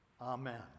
Amen